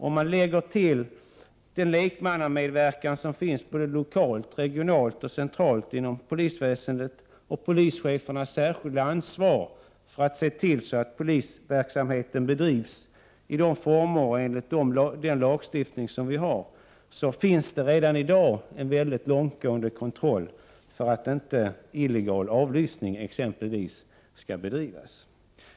Om man därtill lägger den lekmannamedverkan som finns både lokalt, regionalt och centralt inom polisväsendet och polischefernas särskilda ansvar för att se till att polisverksamheten bedrivs i de former och enligt den lagstiftning vi har, finns redan i dag en långtgående kontroll för att exempelvis illegal avlyssning inte skall bedrivas.